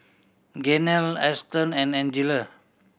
Gaynell Ashton and Angela